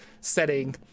setting